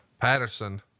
Patterson